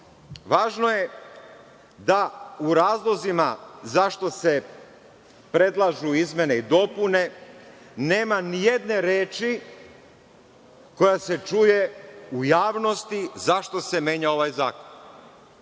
Važno je da u razlozima zašto se predlažu izmene i dopune nema nijedne reči koja se čuje u javnosti zašto se menja ovaj zakon.U